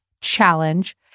challenge